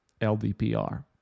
LDPR